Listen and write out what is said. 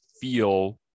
feel